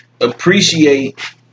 appreciate